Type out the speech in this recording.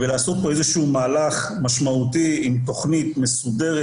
לעשות כאן איזשהו מהלך משמעותי עם תוכנית מסודרת